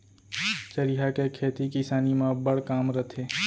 चरिहा के खेती किसानी म अब्बड़ काम रथे